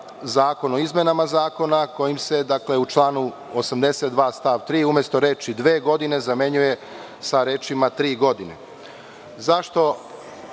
zakon o izmenama zakona, kojim se u članu 82. stav 3. umesto reči: „dve godine“ zamenjuje sa rečima: „tri